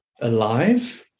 alive